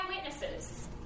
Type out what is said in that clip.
eyewitnesses